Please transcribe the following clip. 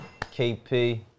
KP